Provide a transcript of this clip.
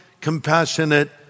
compassionate